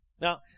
Now